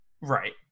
Right